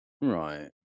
Right